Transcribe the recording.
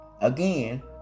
again